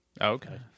Okay